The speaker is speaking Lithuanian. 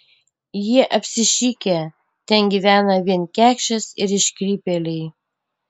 jie apsišikę ten gyvena vien kekšės ir iškrypėliai